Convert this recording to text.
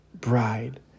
bride